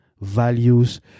values